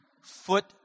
foot